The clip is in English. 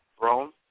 Rome